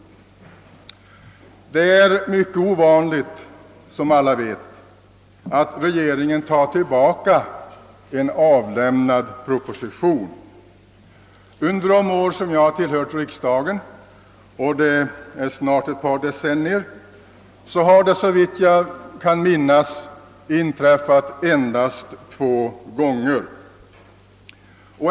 Det är, som alla vet, mycket ovanligt att regeringen tar tillbaka en avlämnad proposition. Under de år som jag har tillhört riksdagen — och det är snart ett par decennier — har det såvitt jag kan minnas inträffat endast två gånger.